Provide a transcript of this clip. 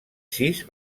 sis